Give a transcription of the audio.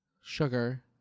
Sugar